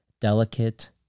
delicate